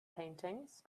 paintings